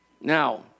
Now